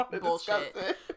bullshit